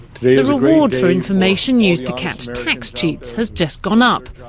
the reward for information used to catch tax cheats has just gone up.